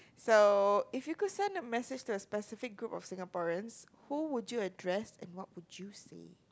so if you could send a message to a specific group of Singaporeans who would you address and what would you say